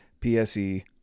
PSE